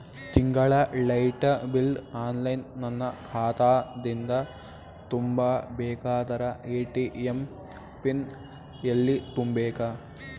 ತಿಂಗಳ light bill online ನನ್ನ ಖಾತಾ ದಿಂದ ತುಂಬಾ ಬೇಕಾದರ ಎ.ಟಿ.ಎಂ ಪಿನ್ ಎಲ್ಲಿ ತುಂಬೇಕ?